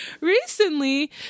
Recently